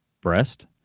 breast